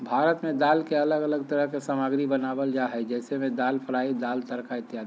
भारत में दाल के अलग अलग तरह के सामग्री बनावल जा हइ जैसे में दाल फ्राई, दाल तड़का इत्यादि